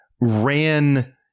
ran